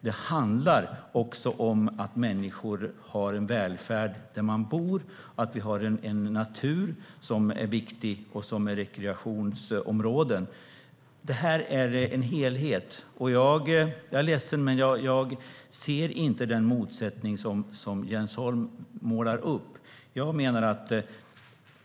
Det handlar också om att människor har en välfärd där man bor och att vi har en natur som är viktig och som är rekreationsområden. Detta är en helhet. Jag är ledsen, men jag ser inte den motsättning som Jens Holm målar upp.